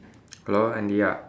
hello Andy ah